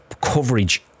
coverage